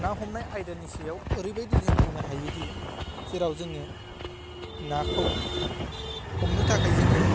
ना हमनाय आयदानि सायाव ओरैबायदि जों बुंनो हायोदि जेराव जोङो नाखौ हमनो थाखाय जोङो